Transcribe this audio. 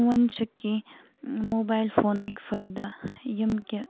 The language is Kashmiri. وۄںی چھِ کینٛہہ موبایل فونٕک فٲیدٕ یِم کہِ